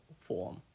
form